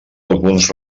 alguns